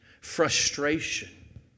frustration